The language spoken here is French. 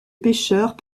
pêcheurs